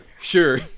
Sure